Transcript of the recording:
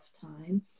time